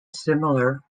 similar